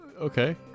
okay